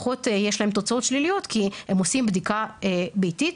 פחות יש להם תוצאות שליליות כי הם עושים בדיקה ביתית